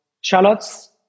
shallots